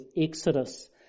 Exodus